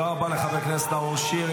תודה רבה לחבר הכנסת נאור שירי.